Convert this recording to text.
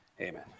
Amen